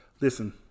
Listen